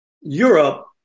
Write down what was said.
Europe